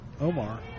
Omar